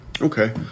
Okay